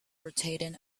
rotating